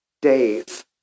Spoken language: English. days